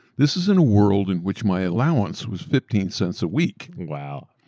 this is in a world in which my allowance was fifteen cents a week. wow.